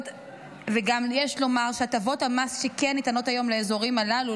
וגם יש לומר שהטבות המס שכן ניתנות היום לאזורים הללו,